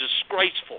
disgraceful